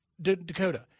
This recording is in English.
Dakota